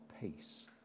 peace